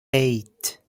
eight